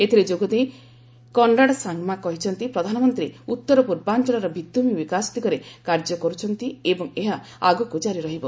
ଏଥିରେ ଯୋଗଦେଇ କନରାଡ ସାଙ୍ଗମା କହିଛନ୍ତି ପ୍ରଧାନମନ୍ତ୍ରୀ ଉତ୍ତର ପ୍ରର୍ବାଞ୍ଚଳର ଭିତ୍ତିଭୂମି ବିକାଶ ଦିଗରେ କାର୍ଯ୍ୟ କର୍ଚ୍ଚନ୍ତି ଏବଂ ଏହା ଆଗକୁ କାରି ରହିବ